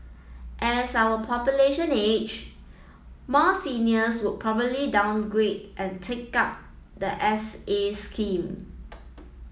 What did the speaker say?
as our population age more seniors would probably downgrade and take up the S A scheme